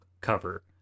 cover